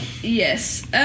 Yes